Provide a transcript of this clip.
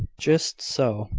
just so.